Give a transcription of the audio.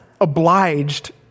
obliged